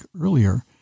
earlier